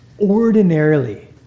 ordinarily